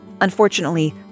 Unfortunately